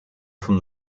from